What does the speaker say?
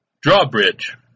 drawbridge